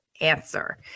answer